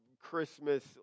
Christmas